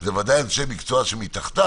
אלו ודאי אנשי מקצוע שמתחתיו.